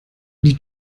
die